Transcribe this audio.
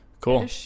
Cool